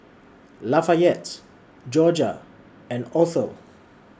Lafayette Jorja and Othel